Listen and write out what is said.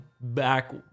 back